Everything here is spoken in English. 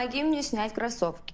like numerous knife but sort of